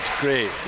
great